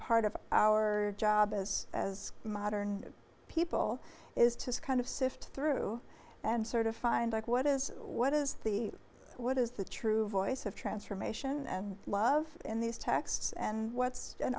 part of our job as as modern people is to kind of sift through and sort of find out what is what is the what is the true voice of transformation and love in these texts and what's an